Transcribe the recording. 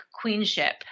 queenship